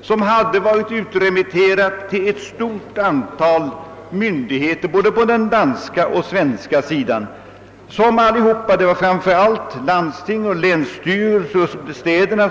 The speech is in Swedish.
och den hade varit ute på remiss hos ett stort antal myndigheter både på den danska och på den svenska sidan, framför allt hos berörda landsting, länsstyrelser och städer.